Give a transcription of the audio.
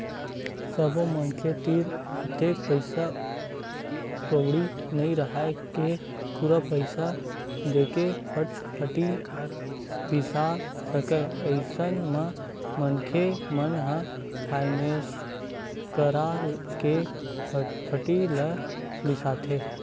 सब्बो मनखे तीर अतेक पइसा कउड़ी नइ राहय के पूरा पइसा देके फटफटी बिसा सकय अइसन म मनखे मन ह फायनेंस करा के फटफटी ल बिसाथे